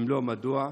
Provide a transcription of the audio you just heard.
אם לא, מדוע?